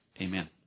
amen